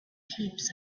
keeps